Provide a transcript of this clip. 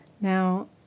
Now